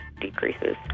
decreases